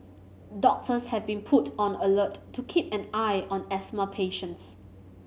doctors have been put on alert to keep an eye on asthma patients